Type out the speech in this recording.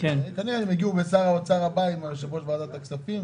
כנראה הן תגענה עם שר האוצר הבא ועם יושב-ראש ועדת הכספים,